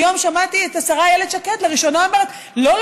היום שמעתי את השרה איילת שקד לראשונה אומרת: לא,